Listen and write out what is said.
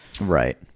Right